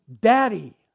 Daddy